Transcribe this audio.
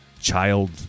child